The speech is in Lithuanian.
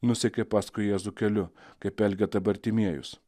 nusekė paskui jėzų keliu kaip elgeta bartimiejus